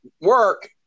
work